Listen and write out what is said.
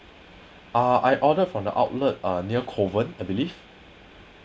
ah I ordered from the outlet ah near kovan I believe